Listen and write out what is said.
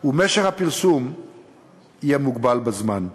ומשך הפרסום יהיה מוגבל בזמן.